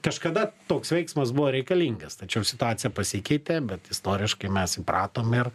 kažkada toks veiksmas buvo reikalingas tačiau situacija pasikeitė bet istoriškai mes įpratom ir